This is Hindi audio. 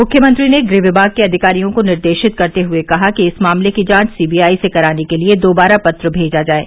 मुख्यमंत्री ने गृह विभाग के अधिकारियों को निर्देशित करते हुए कहा कि इस मामले की जांच सीबीआई से कराने के लिये दोबारा पत्र मेजा जाये